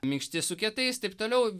minkšti su kietais taip toliau